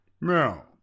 Now